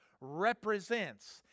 represents